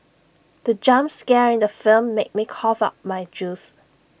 the jump scare in the film made me cough out my juice